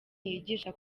yigisha